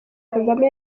kagame